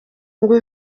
ngo